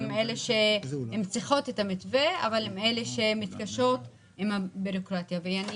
הן אלה שצריכות את המתווה אבל הן אלה שמתקשות בבירוקרטיה ואני